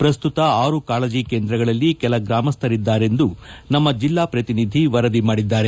ಪ್ರಸ್ತುತ ಆರು ಕಾಳಜಿ ಕೇಂದ್ರಗಳಲ್ಲಿ ಕೆಲ ಗ್ರಾಮಸ್ಟರಿದ್ದಾರೆಂದು ನಮ್ನ ಜಿಲ್ಲಾ ಪ್ರತಿನಿಧಿ ವರದಿ ಮಾಡಿದ್ದಾರೆ